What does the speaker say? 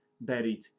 buried